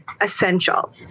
essential